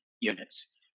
units